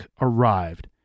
arrived